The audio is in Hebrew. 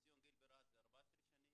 חציון הגיל ברהט זה 14 שנים,